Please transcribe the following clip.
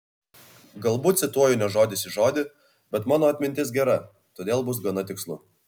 galbūt cituoju ne žodis į žodį bet mano atmintis gera todėl bus gana tikslu